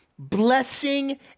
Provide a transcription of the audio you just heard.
Blessing